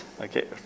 Okay